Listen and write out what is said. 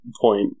point